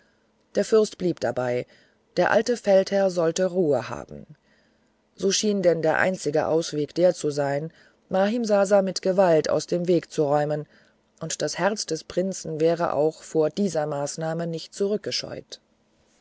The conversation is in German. der fürst blieb dabei der alte feldherr solle ruhe haben so schien denn der einzige ausweg der zu sein mahimsasa mit gewalt aus dem weg zu räumen und das herz des prinzen wäre auch vor dieser maßnahme nicht